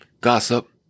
gossip